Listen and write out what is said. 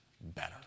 better